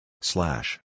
slash